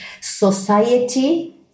society